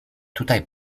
tutaj